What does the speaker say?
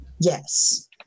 Yes